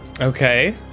Okay